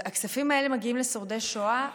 הכספים האלה מגיעים לשורדי שואה,